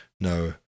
no